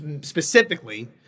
specifically